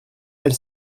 elle